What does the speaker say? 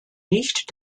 nicht